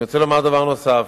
אני רוצה לומר דבר נוסף: